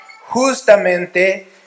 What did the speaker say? justamente